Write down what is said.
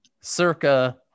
circa